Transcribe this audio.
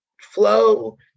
flow